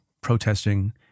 protesting